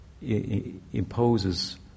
imposes